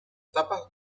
tapas